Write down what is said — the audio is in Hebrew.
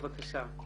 רק הוספתי.